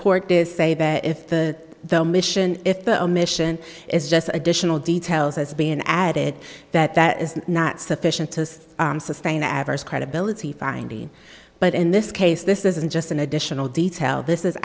court does say that if the the mission if the mission is just additional details has been added that that is not sufficient to sustain adverse credibility finding but in this case this isn't just an additional detail this is